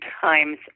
times